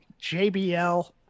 JBL